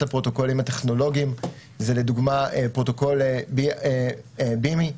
הפרוטוקולים הטכנולוגיים זה לדוגמה פרוטוקול BIMI,